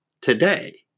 today